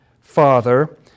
father